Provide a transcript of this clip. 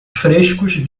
frescos